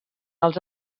els